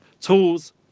tools